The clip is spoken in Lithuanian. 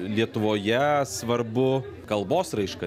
lietuvoje svarbu kalbos raiška